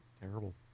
Terrible